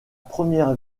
première